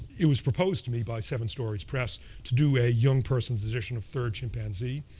it was proposed to me by seven stories press to do a young person's edition of third chimpanzee.